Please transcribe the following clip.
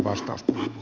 arvoisa puhemies